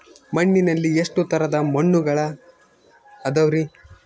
ಮಣ್ಣಿನಲ್ಲಿ ಎಷ್ಟು ತರದ ಮಣ್ಣುಗಳ ಅದವರಿ?